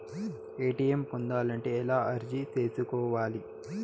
ATM పొందాలంటే ఎలా అర్జీ సేసుకోవాలి?